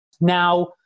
now